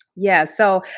yeah, so,